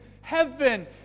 Heaven